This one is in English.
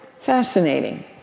Fascinating